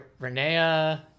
Renea